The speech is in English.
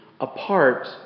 apart